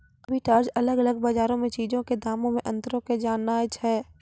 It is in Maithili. आर्बिट्राज अलग अलग बजारो मे चीजो के दामो मे अंतरो के जाननाय छै